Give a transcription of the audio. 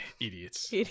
Idiots